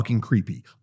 creepy